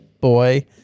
boy